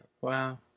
Wow